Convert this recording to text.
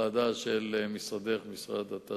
המרכז יפעל לשלב את האוכלוסייה